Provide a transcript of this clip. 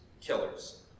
killers